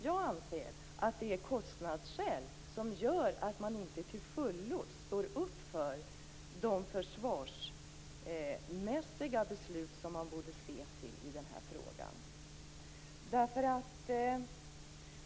Jag anser nämligen att det är kostnadsskäl som gör att man inte till fullo står upp för de försvarsmässiga beslut som man borde se till i denna fråga.